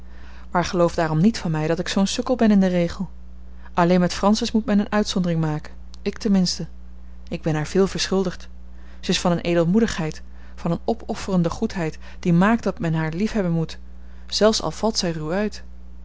maar geloof daarom niet van mij dat ik zoo'n sukkel ben in den regel alleen met francis moet men eene uitzondering maken ik ten minste ik ben haar veel verschuldigd zij is van eene edelmoedigheid van eene opofferende goedheid die maakt dat men haar liefhebben moet zelfs al valt zij ruw uit